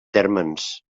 térmens